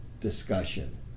discussion